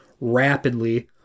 rapidly